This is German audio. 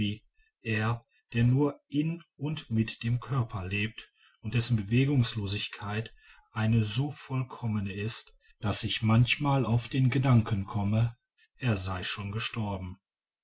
er der nur in und mit dem körper lebt und dessen bewegungslosigkeit eine so vollkommene ist daß ich manchmal auf den gedanken komme er sei schon gestorben